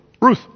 Ruth